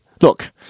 Look